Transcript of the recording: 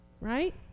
Right